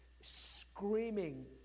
screaming